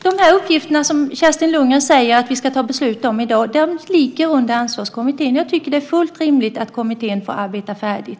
De uppgifter som Kerstin Lundgren säger att vi ska fatta beslut om i dag ligger under Ansvarskommittén. Jag tycker att det är fullt rimligt att kommittén får arbeta färdigt.